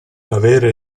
avere